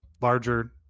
larger